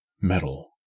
Metal